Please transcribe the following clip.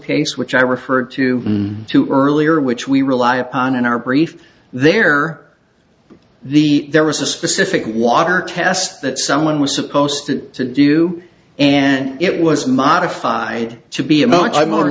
case which i referred to earlier which we rely upon in our brief there the there was a specific water test that someone was supposed to do and it was modified to be